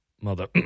Mother